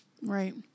Right